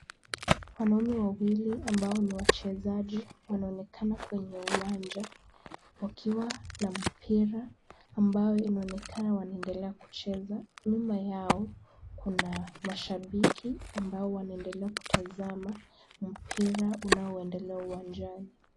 Wanaume wawili ambao ni wachezaji wanaonekana kwenye uwanja, wakiwa na mpira ambayo inaonekana wanaendelea kucheza. Nyuma yao kuna mashabiki ambao wanaendelea kutazama mpira unaoendelea uwanjani.